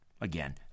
again